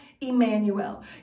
Emmanuel